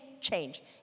change